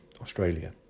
Australia